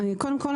קודם כול,